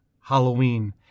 Halloween